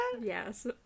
yes